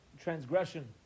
transgression